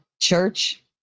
church